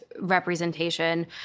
representation